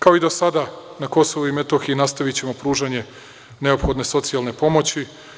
Kao i do sada, na Kosovu i Metohiji nastavićemo pružanje neophodne socijalne pomoći.